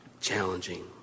Challenging